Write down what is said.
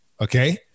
Okay